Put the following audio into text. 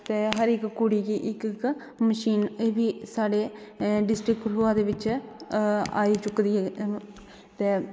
ते हर इक कुड़ी गी इक इक मशीन बी साढ़े डिस्ट्रिक्ट कठुआ दे बिच आई चुकी दी ऐ ते